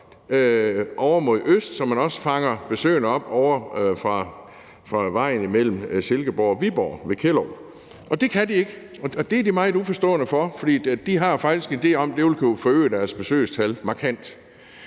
ovre mod øst, så de også fanger besøgende op, der kommer fra vejen imellem Silkeborg og Viborg, nemlig ved Kjellerup. Det kan de ikke, og det er de meget uforstående over for. De har faktisk en idé om, at det ville kunne forøge deres besøgstal markant.